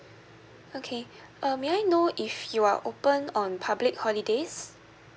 okay err may I know if you are open on public holidays